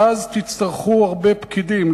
אז תצטרכו הרבה פקידים,